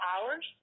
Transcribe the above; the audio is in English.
hours